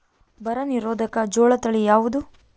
ಬರ ನಿರೋಧಕ ಜೋಳ ತಳಿ ಯಾವುದು?